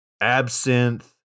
absinthe